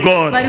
God